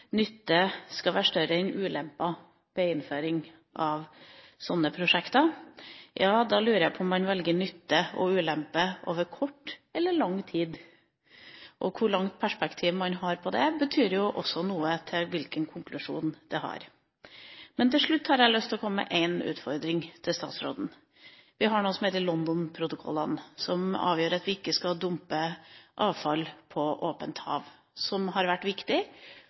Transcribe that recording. nytte skal være større enn ulempe ved innføring av sånne prosjekter. Da lurer jeg på om man velger nytte og ulempe over kort eller lang tid. Hvor langt perspektiv man har på det, betyr jo også noe for hvilken konklusjon det blir. Til slutt har jeg lyst til å komme med en utfordring til statsråden: Vi har noe som heter London-protokollen, som sier at vi ikke skal dumpe avfall på åpent hav. Det har vært viktig,